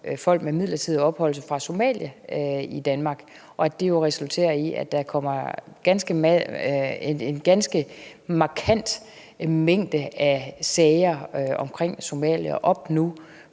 Somalia med midlertidigt ophold i Danmark, og at det har resulteret i, at der nu kommer en ganske markant mængde af sager om Somalia op,